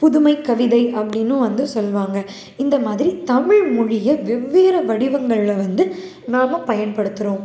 புதுமைக்கவிதை அப்டின்னும் வந்து சொல்வாங்க இந்த மாதிரி தமிழ்மொழியை வெவ்வேறு வடிவங்களில் வந்து நாம பயன்படுத்துகிறோம்